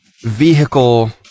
vehicle